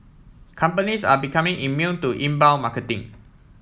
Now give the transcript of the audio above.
companies are becoming immune to inbound marketing